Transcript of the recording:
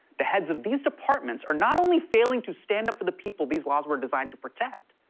the heads of these departments are not only failing to stand up for the people these laws were designed to protect,